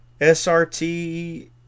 SRT